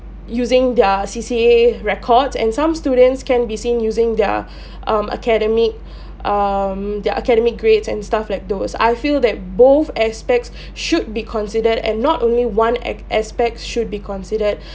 using their C_C_A records and some students can be seen using their um academic um their academic grades and stuff like those I feel that both aspects should be considered and not only one a~ aspect should be considered